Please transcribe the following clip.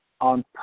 on